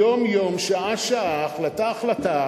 יום-יום, שעה-שעה, החלטה-החלטה